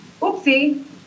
oopsie